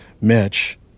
mitch